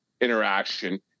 Interaction